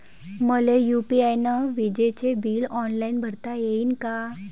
मले यू.पी.आय न विजेचे बिल ऑनलाईन भरता येईन का?